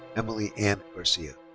emily anne garcia.